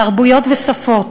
תרבויות ושפות.